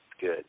good